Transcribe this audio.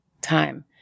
time